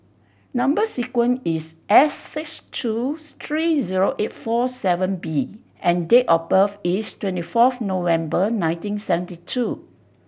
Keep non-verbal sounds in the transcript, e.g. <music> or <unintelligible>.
number sequence is S six two <unintelligible> three zero eight four seven B and date of birth is twenty fourth November nineteen seventy two